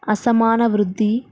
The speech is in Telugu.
అసమాన వృద్ధి